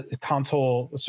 console